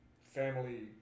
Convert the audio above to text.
family